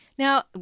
Now